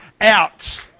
out